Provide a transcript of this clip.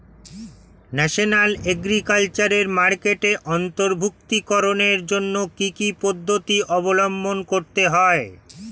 National agriculture মার্কেটে অন্তর্ভুক্তিকরণের জন্য কি কি পদ্ধতি অবলম্বন করতে হয়?